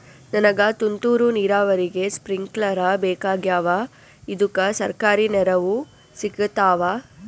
ನನಗ ತುಂತೂರು ನೀರಾವರಿಗೆ ಸ್ಪಿಂಕ್ಲರ ಬೇಕಾಗ್ಯಾವ ಇದುಕ ಸರ್ಕಾರಿ ನೆರವು ಸಿಗತ್ತಾವ?